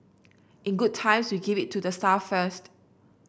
in good times we give it to the staff first